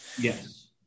Yes